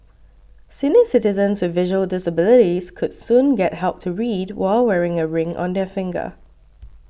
senior citizens with visual disabilities could soon get help to read while wearing a ring on their finger